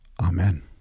Amen